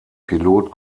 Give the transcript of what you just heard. pilot